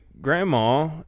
grandma